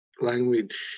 language